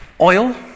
Oil